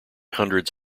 hundreds